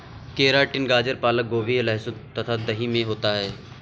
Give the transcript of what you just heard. keratin गाजर पालक गोभी लहसुन तथा दही में होता है